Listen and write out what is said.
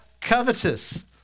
covetous